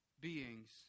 beings